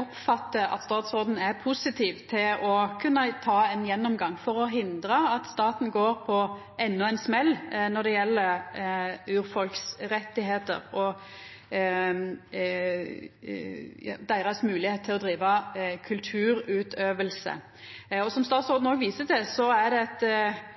oppfattar at statsråden er positiv til å kunna ta ein gjennomgang for å hindra at staten går på endå ein smell når det gjeld rettane til urfolk og deira moglegheit til å driva kulturutøving. Som statsråden òg viser til, er det eit